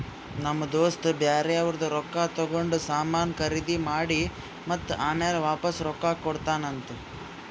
ನಮ್ ದೋಸ್ತ ಬ್ಯಾರೆ ಅವ್ರದ್ ರೊಕ್ಕಾ ತಗೊಂಡ್ ಸಾಮಾನ್ ಖರ್ದಿ ಮಾಡಿ ಮತ್ತ ಆಮ್ಯಾಲ ವಾಪಾಸ್ ರೊಕ್ಕಾ ಕೊಡ್ತಾನ್ ಅಂತ್